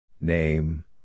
Name